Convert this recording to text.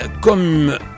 Comme